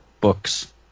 books